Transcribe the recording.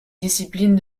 disciples